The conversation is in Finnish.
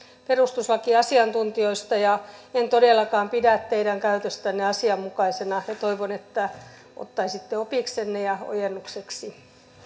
perustuslakiasiantuntijoistamme en todellakaan pidä teidän käytöstänne asianmukaisena ja toivon että ottaisitte opiksenne ja ojennukseksi